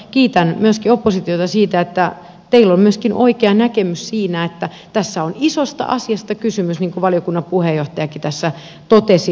kiitän myöskin oppositiota siitä että teillä on myöskin oikea näkemys siinä että tässä on isosta asiasta kysymys niin kuin valiokunnan puheenjohtajakin tässä totesi